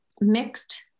mixed